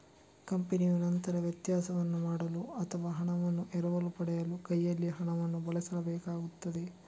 ಕಂಪನಿಯು ನಂತರ ವ್ಯತ್ಯಾಸವನ್ನು ಮಾಡಲು ಅಥವಾ ಹಣವನ್ನು ಎರವಲು ಪಡೆಯಲು ಕೈಯಲ್ಲಿ ಹಣವನ್ನು ಬಳಸಬೇಕಾಗುತ್ತದೆ